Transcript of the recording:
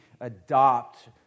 adopt